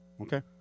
Okay